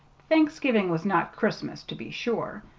thanksgiving was not christmas, to be sure,